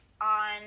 on